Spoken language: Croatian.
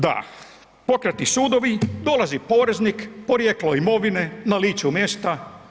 Da, pokretni sudovi, dolazi poreznik, porijeklo imovine na licu mjesta.